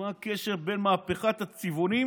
מה הקשר בין מהפכת הצבעונים